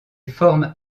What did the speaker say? forment